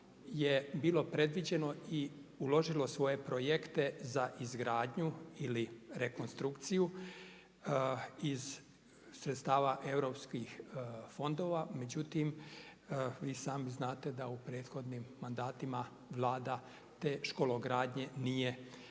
je bilo predviđeno i uložilo svoje projekte za izgradnju ili rekonstrukciju iz sredstava europskih fondova. Međutim, vi i sami znate da u prethodnim mandatima Vlada te škologradnje nije stavila